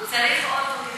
הוא צריך אוטו בשביל להגיע.